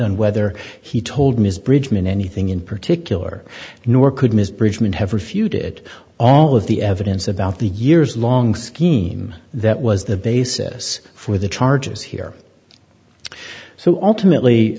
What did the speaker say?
on whether he told ms bridgeman anything in particular nor could ms bridgeman have refuted all of the evidence about the years long scheme that was the basis for the charges here so ultimately